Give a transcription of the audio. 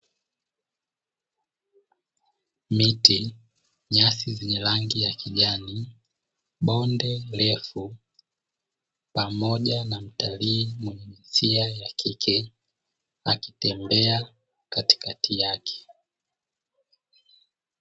Miti, nyasi zenye rangi ya kijani, bonde refu pamoja na mtalii mwenye jinsia ya kike akitembea katikati yake.